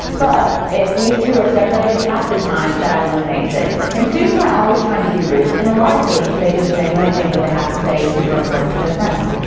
but if these two are separated half the time that eliminates it and students are always trying to be rude and a lot of cases they just genuinely think what they have to say super important to their friends.